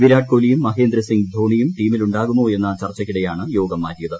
വിരാട് കോഹ്ലിയും മഹേന്ദ്രസിങ്ങ് ധോണിയും ടീമിലുണ്ടാകുമോ എന്ന ചർച്ചകൾക്കിടെയാണ് യോഗം മാറ്റിയത്